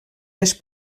les